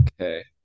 Okay